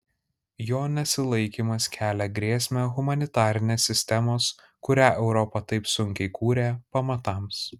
jo nesilaikymas kelia grėsmę humanitarinės sistemos kurią europa taip sunkiai kūrė pamatams